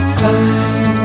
time